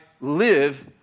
live